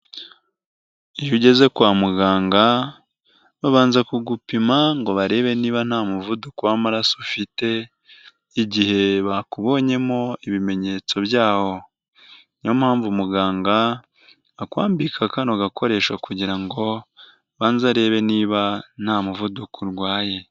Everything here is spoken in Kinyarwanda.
Iyo ugeze kwa muganga, babanza kugupima ngo barebe niba nta muvuduko w'amaraso ufite, igihe bakubonyemo ibimenyetso byawo. Niyo mpamvu muganga, akwambika kano gakoresho kugira ngo abanza urebe niba, nta muvuduko urwaye.